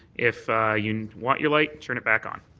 if you want your light, turn it back on.